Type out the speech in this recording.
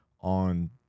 on